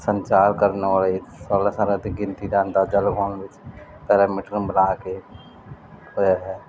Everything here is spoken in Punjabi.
ਸੰਚਾਰ ਕਰਨ ਵਾਲੇ ਸਾਲਾ ਸਾਰਾ ਅਤੇ ਗਿਣਤੀ ਦਾ ਅੰਦਾਜ਼ਾ ਲਗਾਉਣ ਵਿੱਚ ਬਣਾ ਕੇ ਇਹ